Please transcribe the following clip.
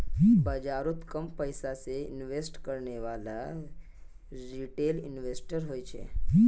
बाजारोत कम पैसा से इन्वेस्ट करनेवाला रिटेल इन्वेस्टर होछे